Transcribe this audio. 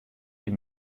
die